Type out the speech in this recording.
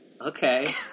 Okay